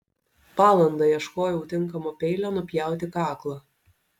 valandą ieškojau tinkamo peilio nupjauti kaklą